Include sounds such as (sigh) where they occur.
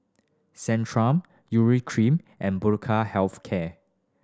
Centrum Urea Cream and (unintelligible) Health Care